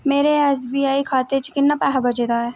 मेरे S B I खाते च किन्ना पैहा बचे दा ऐ